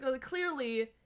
clearly